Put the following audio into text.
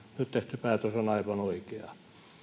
nyt tehty päätös on aivan oikea